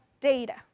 data